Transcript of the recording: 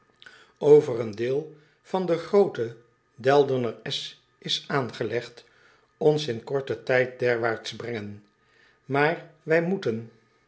over een deel van den grooten eldener esch is aangelegd ons in korten tijd derwaarts brengen aar wij moeten